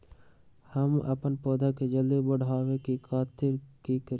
हम अपन पौधा के जल्दी बाढ़आवेला कथि करिए?